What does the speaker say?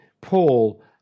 Paul